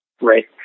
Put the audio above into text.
Right